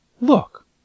Look